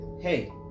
hey